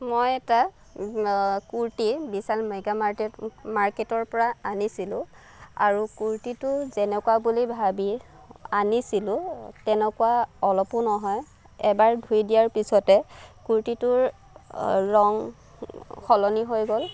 মই এটা কুৰ্টি বিশাল মেগামাৰ্টে মাৰ্কেটৰ পৰা আনিছিলোঁ আৰু কুৰ্টিটো যেনেকুৱা বুলি ভাবি আনিছিলোঁ তেনেকুৱা অলপো নহয় এবাৰ ধুই দিয়াৰ পিছতে কুৰ্টিটোৰ ৰং সলনি হৈ গ'ল